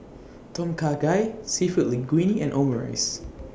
Tom Kha Gai Seafood Linguine and Omurice